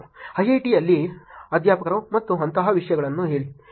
ಐಐಐಟಿಯಲ್ಲಿ ಅಧ್ಯಾಪಕರು ಮತ್ತು ಅಂತಹ ವಿಷಯಗಳನ್ನು ಹೇಳಿ